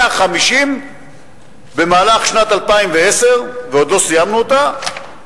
150 במהלך שנת 2010, ועוד לא סיימנו אותה,